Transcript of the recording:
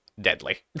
deadly